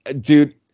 dude